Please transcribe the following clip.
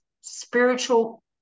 spiritual